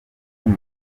bari